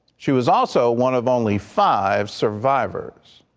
she was also one of only five survivors.